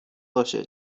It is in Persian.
باشه